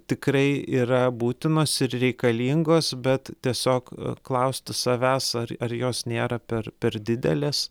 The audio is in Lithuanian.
tikrai yra būtinos ir reikalingos bet tiesiog klausti savęs ar ar jos nėra per per didelės